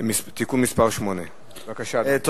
התשע"א 2011,